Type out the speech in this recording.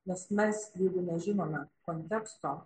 nes mes nežinome konteksto